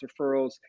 referrals